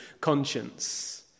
conscience